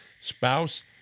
spouse